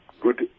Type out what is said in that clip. good